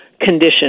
condition